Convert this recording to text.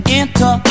enter